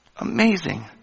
Amazing